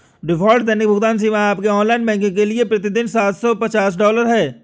default दैनिक भुगतान सीमा आपके ऑनलाइन बैंकिंग के लिए प्रति दिन सात सौ पचास डॉलर है